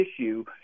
issue